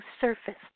surfaced